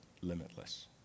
limitless